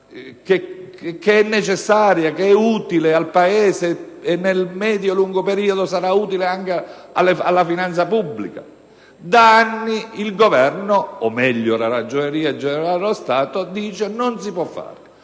che è necessaria, è utile al Paese e nel medio e lungo periodo sarà utile anche alla finanza pubblica. Ebbene, da anni la Ragioneria generale dello Stato dice che non si può fare,